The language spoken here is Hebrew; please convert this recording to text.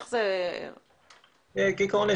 בעיקרון,